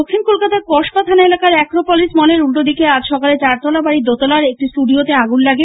দক্ষিণ কলকাতার কসবা থানা এলাকায় অ্যাক্রোপলিস মলের উল্টোদিকে আজ সকাল চারতলা বাড়ির দোতলায় একটি স্টুডিওতে আগুন লাগে